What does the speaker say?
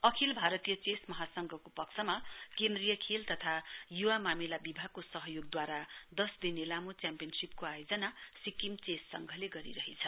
अखिल भारतीय चेस महासंघको पक्षमा केन्द्रीय खेल तथा युवा मामिला विभागको सहयोगद्वारा दस दिने लामो च्याम्पियनशीपको आयोजना सिक्किम चेस संघले गरिरहेछ